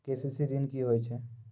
KCC ॠन की होय छै?